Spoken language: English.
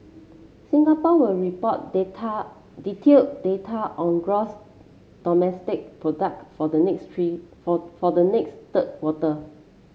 Singapore will report data detailed data on gross domestic product for the next tree for for the next third quarter